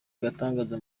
agatangaza